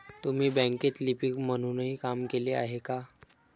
तुम्ही बँकेत लिपिक म्हणूनही काम केले आहे का?